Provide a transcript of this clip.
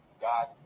God